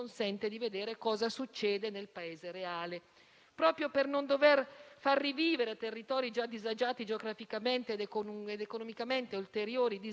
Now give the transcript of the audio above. E nemmeno si può dire, come in altri casi di spesa, che finiti i soldi finisce la spesa, perché queste sono azioni a rubinetto,